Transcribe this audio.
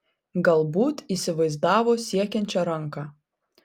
galbūt įsivaizdavo siekiančią ranką